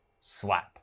slap